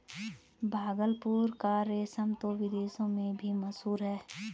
भागलपुर का रेशम तो विदेशों में भी मशहूर है